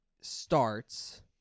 starts